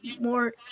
more